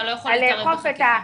אתה לא יכול להתערב בחקיקה.